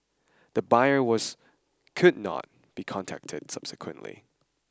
the buyer was could not be contacted subsequently